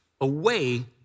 away